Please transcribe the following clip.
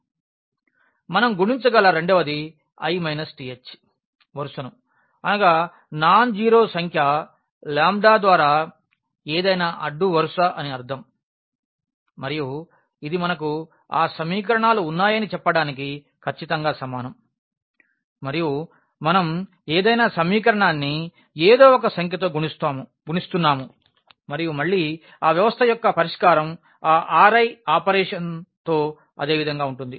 మనం గుణించగల రెండవది i th వరుసను అనగా నాన్ జీరోసంఖ్య లాంబ్డా ద్వారా ఏదైనా అడ్డు వరుస అని అర్ధం మరియు ఇది మనకు ఆ సమీకరణాలు ఉన్నాయని చెప్పడానికి ఖచ్చితంగా సమానం మరియు మనం ఏదైనా సమీకరణాన్ని ఏదో ఒక సంఖ్యతో గుణిస్తున్నాము మరియు మళ్ళీ ఆ వ్యవస్థ యొక్క పరిష్కారం ఆ Ri ఆపరేషన్ తో అదేవిధంగా వుంటుంది